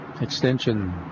extension